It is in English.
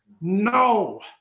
No